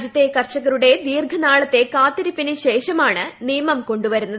രാജ്യത്തെ കർഷകരുടെ ദീർഘനാളത്തെ കാത്തിരിപ്പിന് ശേഷമാണ് നിയമം കൊണ്ടുവ്ത്രുന്നത്